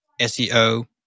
SEO